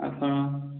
ଆଉ କ'ଣ